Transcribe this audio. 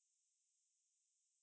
netflix